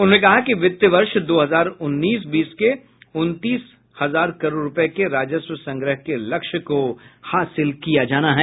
उन्होंने कहा कि वित्त वर्ष दो हजार उन्नीस बीस के उनतीस हजार करोड़ रुपये के राजस्व संग्रह के लक्ष्य को हासिल करना है